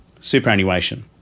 superannuation